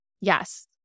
Yes